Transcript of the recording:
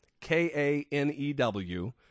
K-A-N-E-W